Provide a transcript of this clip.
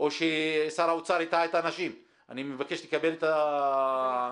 או ששר האוצר הטעה את האנשים.